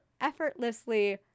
effortlessly